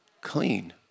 clean